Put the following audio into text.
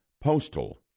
Postal